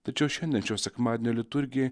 tačiau šiandien šio sekmadienio liturgijai